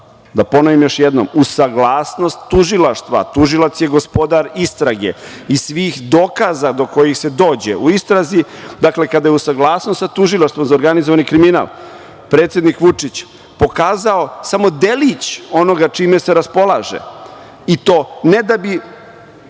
da ponovim još jednom, uz saglasnost tužilaštva, a tužilac je gospodar istrage i svih dokaza do kojih se dođe u istrazi, dakle, kada je uz saglasnost sa Tužilaštvom za organizovani kriminal predsednik Vučić pokazao samo delić onoga čime se raspolaže, i to ne da bi